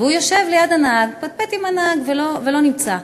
הוא יושב ליד הנהג, מפטפט עם הנהג ולא נמצא.